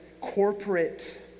corporate